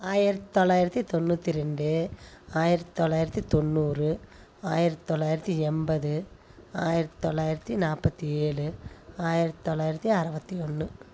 ஆயிரத்தி தொள்ளாயிரத்தி தொண்ணூற்றி ரெண்டு ஆயிரத்தி தொள்ளாயிரத்தி தொண்ணூறு ஆயிரத்தி தொள்ளாயிரத்தி எண்பது ஆயிரத்தி தொள்ளாயிரத்தி நாற்பத்தி ஏழு ஆயிரத்தி தொள்ளாயிரத்தி அறபத்தி ஒன்று